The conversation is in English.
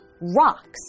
rocks